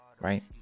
right